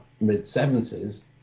mid-70s